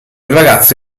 ragazzo